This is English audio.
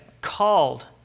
called